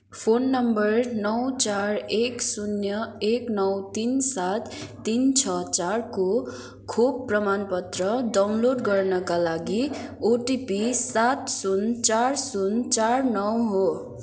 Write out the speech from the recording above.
phone number नौ चार एक शून्य एक नौ तिन सात तिन छ चारको खोप प्रमाणपत्र डाउनलोड गर्नाका लागि ओटिपी सात सुन चार सुन चार नौ हो